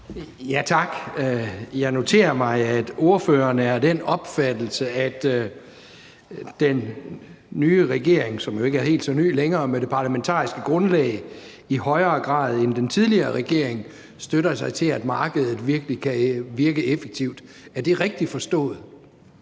Tak. Jeg noterer mig, at ordføreren er af den opfattelse, at den nye regering, som jo ikke er helt så ny længere, med det parlamentariske grundlag i højere grad end den tidligere regering støtter sig til, at markedet virkelig kan virke effektivt. Er det rigtigt forstået?